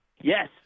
Yes